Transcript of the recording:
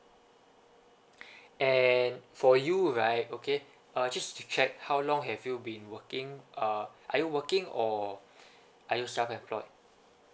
and for you right okay uh just to check how long have you been working uh are you working or are you self employed